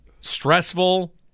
stressful